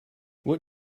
what